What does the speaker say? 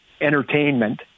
entertainment